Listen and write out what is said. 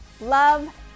Love